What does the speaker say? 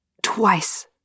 twice